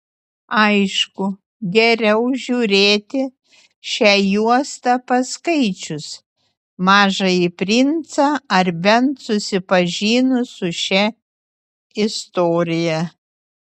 aišku geriau žiūrėti šią juostą paskaičius mažąjį princą ar bent susipažinus su šia istorija